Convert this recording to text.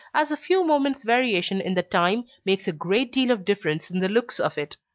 as a few moments variation in the time, makes a great deal of difference in the looks of it.